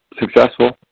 successful